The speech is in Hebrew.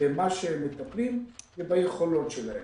במה שהם מטפלים וביכולות שלהם.